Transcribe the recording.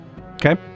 Okay